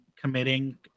committing